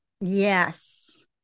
Yes